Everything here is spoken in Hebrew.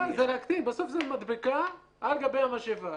בסוף זה מדבקה על גבי המשאבה,